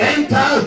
Enter